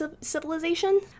civilization